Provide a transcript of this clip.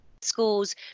schools